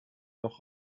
noch